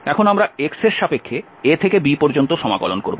এখন আমরা x এর সাপেক্ষে a থেকে b পর্যন্ত সমাকলন করব